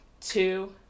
two